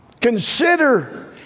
Consider